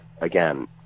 again